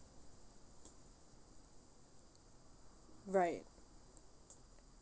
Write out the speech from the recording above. right